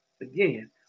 again